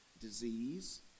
disease